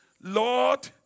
Lord